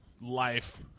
life